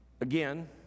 Again